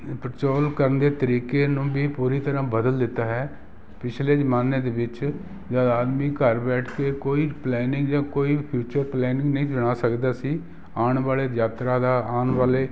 ਪੜਚੋਲ ਕਰਨ ਦੇ ਤਰੀਕੇ ਨੂੰ ਵੀ ਪੂਰੀ ਤਰ੍ਹਾਂ ਬਦਲ ਦਿੱਤਾ ਹੈ ਪਿਛਲੇ ਜ਼ਮਾਨੇ ਦੇ ਵਿੱਚ ਜਦੋਂ ਆਦਮੀ ਘਰ ਬੈਠ ਕੇ ਕੋਈ ਪਲੈਨਿੰਗ ਜਾਂ ਕੋਈ ਫਿਊਚਰ ਪਲੈਨਿੰਗ ਨਹੀਂ ਬਣਾ ਸਕਦਾ ਸੀ ਆਉਣ ਵਾਲੇ ਯਾਤਰਾ ਦਾ ਆਉਣ ਵਾਲੇ